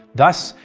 thus,